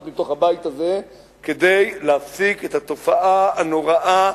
מתוך הבית הזה כדי להפסיק את התופעה הנוראה,